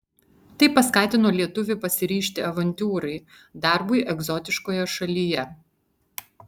tai paskatino lietuvį pasiryžti avantiūrai darbui egzotiškoje šalyje